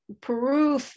peru